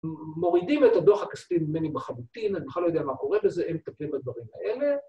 ‫מורידים את הדוח הכספי ‫ממני לחלוטין, ‫אני בכלל לא יודע מה קורה בזה, ‫הם מטפלים את הדברים האלה.